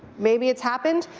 maybe it's happened.